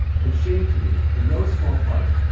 and shame to me in no small part,